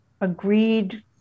agreed